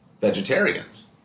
vegetarians